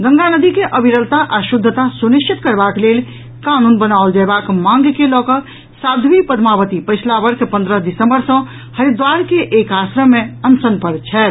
गंगा नदी के अविरलता आ शुद्धता सुनिश्चित करबाक लेल कानून बनाओल जयबाक मांग के लऽ कऽ साध्वी पद्मावती पछिला वर्ष पन्द्रह दिसम्बर सँ हरिद्वार के एक आश्रम मे अनशन पर छथि